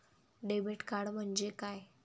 Debit card म्हणजे काय?